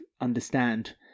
understand